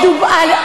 די.